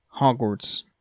Hogwarts